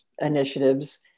initiatives